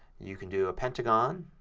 you can do a pentagon